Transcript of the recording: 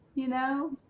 you know